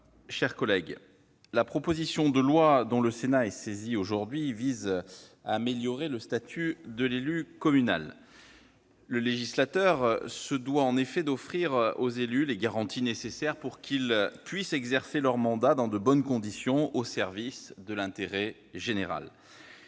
chers collègues, la proposition de loi dont le Sénat est saisi aujourd'hui vise à améliorer le statut de l'élu communal. Le législateur se doit en effet d'offrir aux élus les garanties nécessaires pour qu'ils puissent exercer leur mandat dans de bonnes conditions, au service de l'intérêt général.